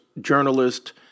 journalist